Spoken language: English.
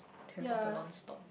Harry-Potter nonstop